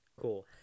Cool